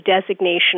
designation